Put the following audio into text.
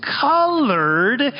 colored